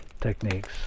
techniques